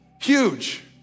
huge